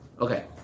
Okay